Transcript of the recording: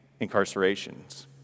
incarcerations